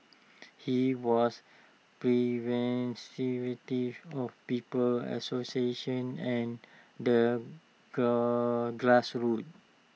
he was of people's association and the grassroots